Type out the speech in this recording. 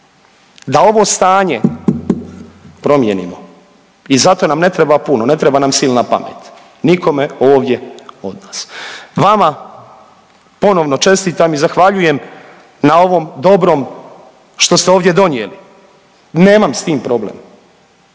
da ovo stanje promijenimo i zato nam ne treba puno, ne treba nam silna pamet nikome ovdje od nas. Vama ponovno čestitam i zahvaljujem na ovom dobrom što ste ovdje donijeli, nemam s tim problem,